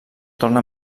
torna